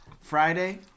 Friday